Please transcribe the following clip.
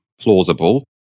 plausible